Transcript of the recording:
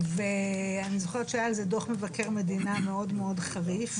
ואני זוכרת שהיה על זה דו"ח מבקר מדינה מאוד חריף.